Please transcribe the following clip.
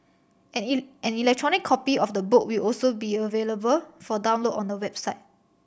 an an electronic copy of the book will also be available for download on the website